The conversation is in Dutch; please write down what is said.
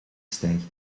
stijgt